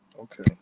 okay